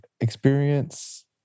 experience